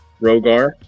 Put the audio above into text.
Rogar